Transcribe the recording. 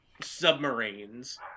submarines